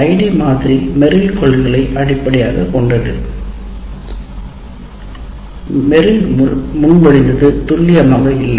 இந்த ஐடி மாதிரி மெர்ரில் கொள்கைகளை அடிப்படையாகக் கொண்டது மெர்ரில் முன்மொழிந்தது துல்லியமாக இல்லை